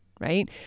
Right